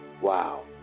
wow